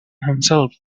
himself